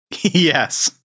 Yes